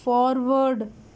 forward